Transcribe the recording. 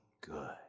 good